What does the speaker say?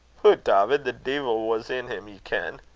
hoot! dawvid, the deil was in him, ye ken.